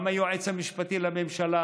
גם היועץ המשפטי לממשלה,